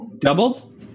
Doubled